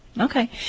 Okay